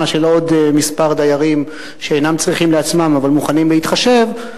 של עוד כמה דיירים שאינם צריכים לעצמם אבל מוכנים להתחשב,